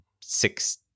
six